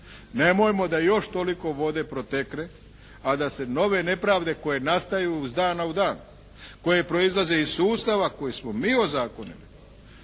Nemojmo da još toliko vode protekne a da se nove nepravde koje nastaju iz dana u dan, koje proizlaze iz sustava koji smo mi ozakonili